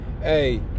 Hey